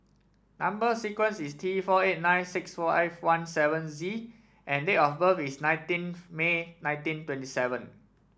number sequence is T four eight nine six five seventeen Z and date of birth is nineteen May nineteen twenty seven